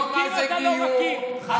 לא מה זה גיור, אתה לא מכיר.